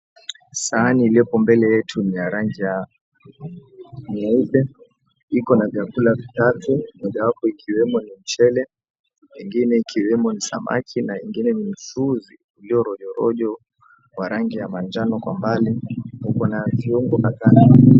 Sahani iliyopo mbele yetu ni ya rangi ya nyeupe. Iko na vyakula vitatu, moja wapo ikiwemo ni mchele, ingine ikiwemo ni samaki, na ingine ni mchuzi ulio rojorojo wa rangi ya manjano. Kwa mbali kuko na viungo kadhaa.